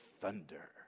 thunder